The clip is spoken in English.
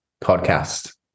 podcast